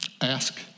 ask